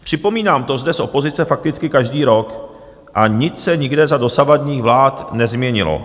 Připomínám to zde z opozice fakticky každý rok a nic se nikde za dosavadních vlád nezměnilo.